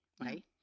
Right